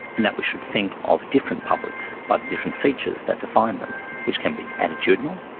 and that we should think of different publics by the different features that define them which can be attitudinal,